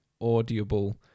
audible